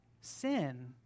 Sin